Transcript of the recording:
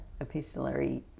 epistolary